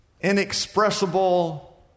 inexpressible